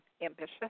ambitious